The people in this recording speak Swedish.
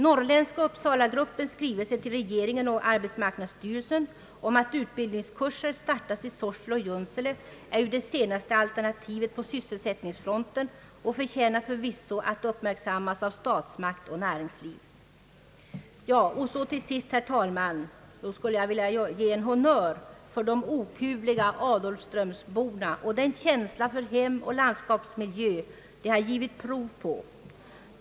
Norrländska uppsalagruppens skrivelse till regeringen och arbetsmarknadsstyrelsen om att utbildningskurser startas i Sorsele och Junsele är ju det senaste alternativet på sysselsättningsfronten och förtjänar förvisso att uppmärksammas av statsmakt och näringsliv. Så till sist, herr talman, en honnör för de okuvliga adolfströmsborna och den känsla för hem och landskapsmiljö de givit prov på.